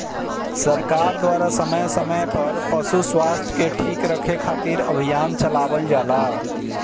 सरकार द्वारा समय समय पर पशु स्वास्थ्य के ठीक रखे खातिर अभियान चलावल जाला